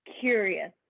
curious